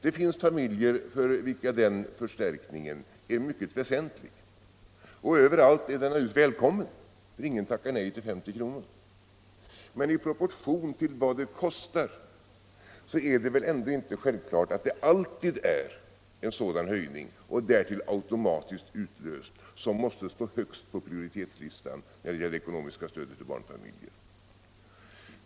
Det finns familjer för vilka den förstärkningen är mycket väsentlig, och överallt är den naturligtvis välkommen. Ingen tackar nej till 50 kr. Men i proportion till vad det kostar är det väl inte självklart att det alltid är en sådan höjning och därtill automatiskt utlöst som måste stå högst på prioritetslistan när det gäller det ekonomiska stödet till barnfamiljerna.